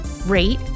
rate